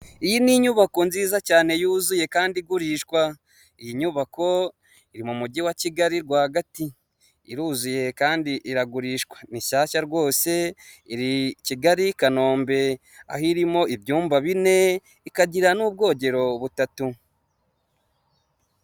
Iyi ni inyubako nziza cyane, yuzuye, kandi igurishwa. Iyi nyubako iri mu mujyi wa Kigali rwagati. Iruzuye kandi iragurishwa. Ni nshyashya rwose, iri Kigali, Kanombe. Aho irimo ibyumba bine, ikagira n'ubwogero butatu.